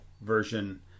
version